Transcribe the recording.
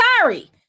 sorry